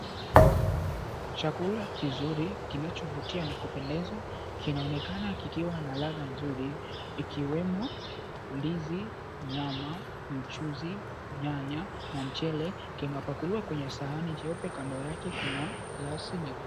Chakula kizuri kinachovutia na kupendeza, kinaonekana kikiwa na ladha nzuri, ikiwemo; ndizi, nyama, mchuzi, nyanya, na mchele. Kimepakuliwa kwenye sahani jeupe kando yake kuna glasi.